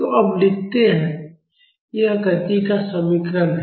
तो अब लिखते हैं यह गति का समीकरण है